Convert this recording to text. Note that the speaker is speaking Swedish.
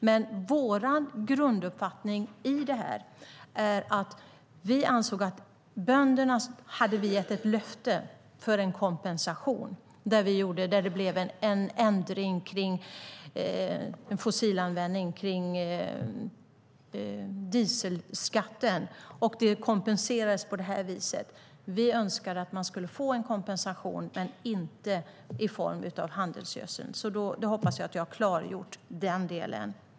Men vår grunduppfattning i detta är att vi anser att vi har gett bönderna ett löfte om en kompensation när det blev en ändring i fossilanvändningen och dieselskatten. Det kompenseras på det här viset. Vi önskar att de skulle få en kompensation, men inte i form av handelsgödseln. Jag hoppas att jag har klargjort denna del.